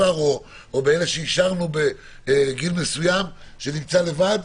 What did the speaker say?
או אלה שאישרנו מגיע מסוים שנמצא לבד,